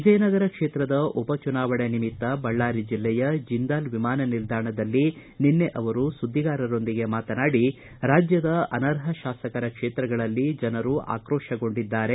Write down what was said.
ವಿಜಯನಗರ ಕ್ಷೇತ್ರದ ಉಪಚುನಾವಣೆ ನಿಮಿತ್ತ ಬಳ್ಳಾರಿ ಜಿಲ್ಲೆಯ ಜಿಂದಾಲ್ ವಿಮಾನ ನಿಲ್ದಾಣದಲ್ಲಿ ನಿನ್ನೆ ಸುಧ್ವಿಗಾರರೊಂದಿಗೆ ಮಾತನಾಡಿದ ಅವರು ರಾಜ್ಯದ ಅನರ್ಹ ಶಾಸಕರ ಕ್ಷೇತ್ರಗಳಲ್ಲಿ ಜನರು ಆಕ್ರೋಶಗೊಂಡಿದ್ದಾರೆ